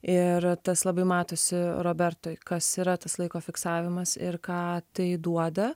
ir tas labai matosi robertoj kas yra tas laiko fiksavimas ir ką tai duoda